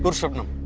but shabnam